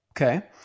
Okay